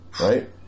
Right